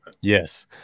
Yes